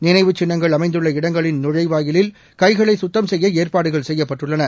நினைவுச் சின்னங்கள் அமைந்துள்ள இடங்களின் நுழைவாயிலில் கைகளை குத்தம் செய்ய ஏற்பாடுகள் செய்யப்பட்டுள்ளன